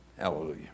Hallelujah